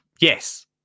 yes